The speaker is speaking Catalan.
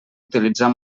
utilitzar